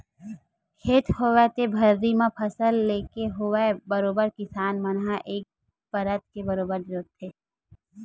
खेत होवय ते भर्री म फसल लेके होवय बरोबर किसान मन ह एक परत के बरोबर जोंतथे